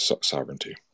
sovereignty